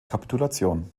kapitulation